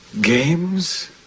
Games